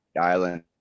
island